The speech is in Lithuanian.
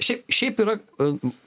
šiaip šiaip yra